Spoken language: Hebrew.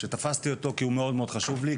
שתפסתי אותו כי הוא מאוד מאוד חשוב לי,